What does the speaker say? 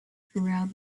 throughout